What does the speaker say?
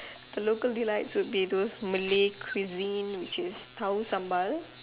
the local delights would be those Malay cuisine which is tahu sambal